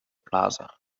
plaza